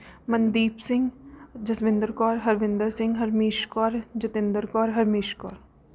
Mandeep Singh Jaswinder Kaur Harvinder Singh Harmeesh Kaur Jatinder Kaur Harmeesh Kaur